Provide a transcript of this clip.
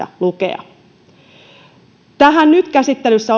lukea tästä nyt käsittelyssä